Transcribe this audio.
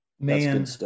Man